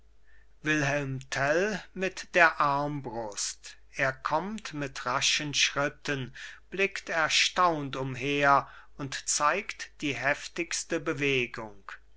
wilhelm tell mit der armbrust er kommt mit raschen schritten blickt erstaunt umher und zeigt die heftigste bewegung